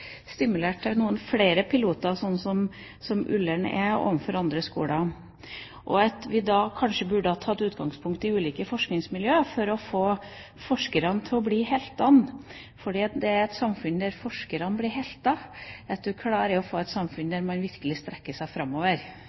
piloter, som Ullern er, og tatt utgangspunkt i ulike forskningsmiljø for å få forskerne til å bli heltene. For det er i et samfunn der forskerne blir helter at man virkelig klarer å strekke seg framover. Der